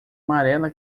amarela